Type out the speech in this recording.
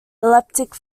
elliptic